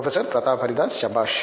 professor Pratap Haridas శభాష్